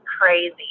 crazy